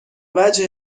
وجه